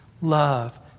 Love